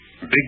Big